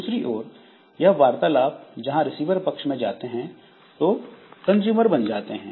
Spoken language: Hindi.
दूसरी ओर यह वार्तालाप जहां रिसीवर पक्ष में जाते हैं तो कंजूमर बन जाते हैं